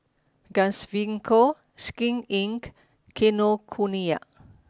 Gaviscon Skin Inc and Kinokuniya